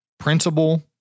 principle